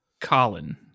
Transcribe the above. Colin